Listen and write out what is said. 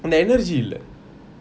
energy இல்ல:illa